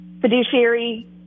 fiduciary